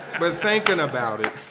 but thinking about it